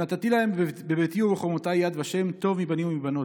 "ונתתי להם בביתי וּבחוֹמֹתַי יד ושם טוב מבנים ובנות".